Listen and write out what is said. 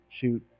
Shoot